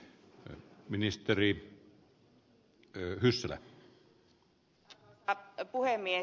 arvoisa puhemies